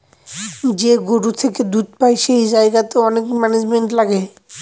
যে গরু থেকে দুধ পাই সেই জায়গাতে অনেক ম্যানেজমেন্ট লাগে